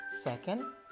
Second